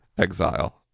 Exile